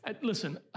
listen